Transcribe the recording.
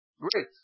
Great